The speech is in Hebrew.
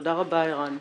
תודה רבה ערן.